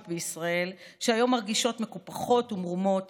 בישראל שהיום מרגישות מקופחות ומרומות